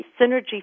Synergy